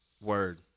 Word